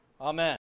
Amen